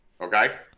Okay